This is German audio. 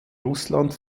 russland